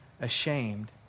Ashamed